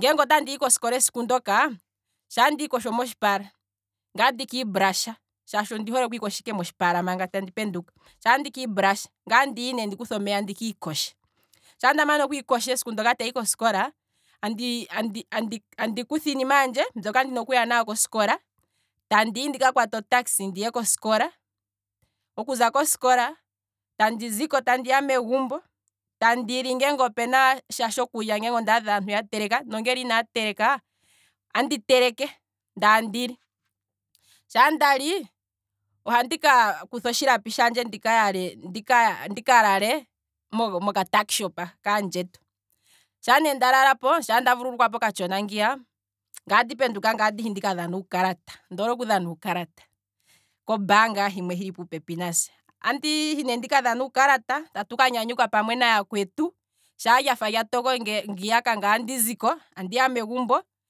ngeenge otehi kosikola esiku ndoka, shaa ndiikosho motshipala, ngaye otandi ka i brush, shaashi ondoole okwiikosha ike motshipala manga tandi penduka, ngaye tandi ka i brush ngaa tehi ne ndikuthe omeya ndiki koshe, sha ndamana okwiikosha esiku ndoka tehi kosikola, andi andi andi andikutha iinima yandje mbyoka tehi nayo kosikola, tehi ndika kwate o taxi ndihe kosikola, okuza kosikola. oteziko tandiya megumbo, teli ngele opunatsha tshokulya uuna ndaadha aantu ya teleka, ngeenge ondaadha inaya teleka, ngaye ote teleke ndele tandi li, shaa ndali otekutha otshilapi tshandje ndika yale, ndika lale moka tackshop kaandjetu, sha nda vululukwapo ngaye ote penduka katshona ngiya, ngaye ote penduka ndika dhane uukalata, ondoole oku dhana uukalata ko bar ngaa himwe hili puupepi nase, andihi ne ndika dhane uukalata, andika nyanyukwa pamwe naya kwetu, shaa lyafa lya toko ngiya ngaye oteziko andiya megumbo